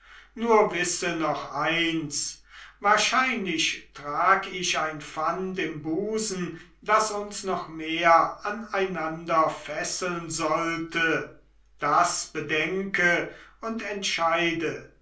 nur wisse noch eins wahrscheinlich trag ich ein pfand im busen das uns noch mehr aneinander fesseln sollte das bedenke und entscheide